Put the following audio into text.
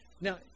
now